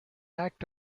act